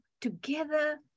together